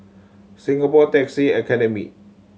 Singapore Taxi Academy